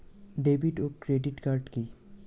David ও credit card কি?